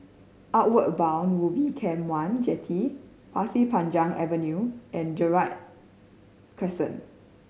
Outward Bound Ubin Camp One Jetty Pasir Panjang Avenue and Gerald Crescent